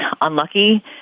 unlucky